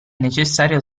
necessario